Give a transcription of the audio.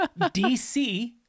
dc